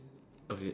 okay